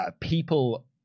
people